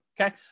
okay